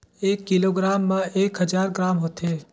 एक किलोग्राम म एक हजार ग्राम होथे